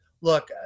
look